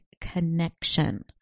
connection